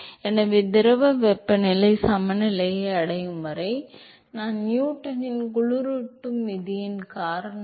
எனவே திரவ வெப்பநிலை சமநிலை அடையும் வரை நான் நியூட்டனின் குளிரூட்டும் விதியின் காரணமாக